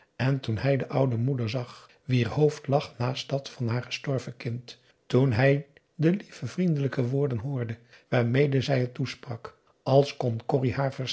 en toen hij de oude moeder zag wier hoofd lag naast dat van haar gestorven kind toen hij de lieve vriendelijke woorden hoorde waarmede zij het toesprak als kon corrie haar